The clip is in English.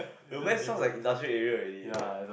the west sounds like industrial area already like